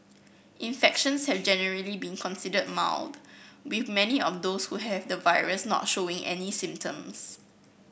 infections have generally been considered mild with many of those who have the virus not showing any symptoms